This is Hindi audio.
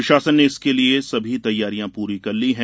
प्रशासन ने इसके लिए सभी तैयारियां पूरी कर ली है